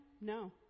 No